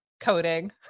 coding